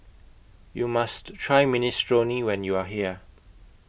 YOU must Try Minestrone when YOU Are here